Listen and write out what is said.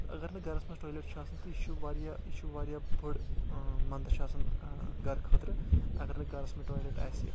اگر بہٕ گرس منٛز ٹولیٹ چھُ آسن تہٕ یہِ چھُ واریاہ یہِ چھ واریاہ بٔڑ مندش آسان گرٕ خٲطرٕ اگر نہٕ گرس منٛز ٹولیٹ آسہِ